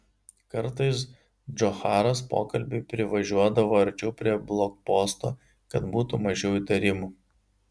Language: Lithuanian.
kartais džocharas pokalbiui privažiuodavo arčiau prie blokposto kad būtų mažiau įtarimų